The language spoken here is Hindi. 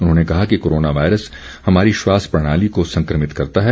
उन्होंने कहा कि कोरोना वायरस हमारी श्वास प्रणाली को संक्रभित करता है